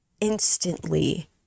instantly